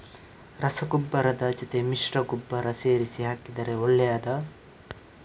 ರಸಗೊಬ್ಬರದ ಜೊತೆ ಮಿಶ್ರ ಗೊಬ್ಬರ ಸೇರಿಸಿ ಹಾಕಿದರೆ ಒಳ್ಳೆಯದಾ?